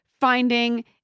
finding